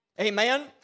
Amen